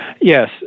Yes